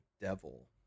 Devil